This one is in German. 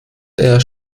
eher